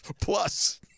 Plus